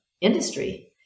industry